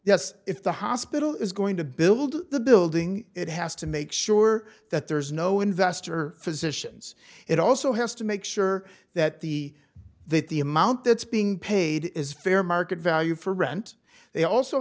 yes if the hospital is going to build the building it has to make sure that there's no investor physicians it also has to make sure that the that the amount that's being paid is fair market value for rent they also